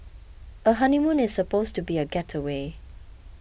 a honeymoon is supposed to be a gateway